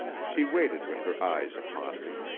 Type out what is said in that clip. she waited with her eyes upon me.